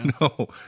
No